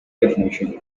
definition